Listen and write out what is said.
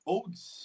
Olds